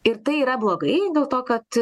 ir tai yra blogai dėl to kad